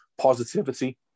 positivity